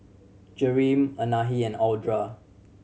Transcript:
Jereme Anahi and Audra